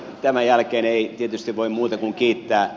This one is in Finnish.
tämän jälkeen ei tietysti voi muuta kuin kiittää